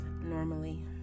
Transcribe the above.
normally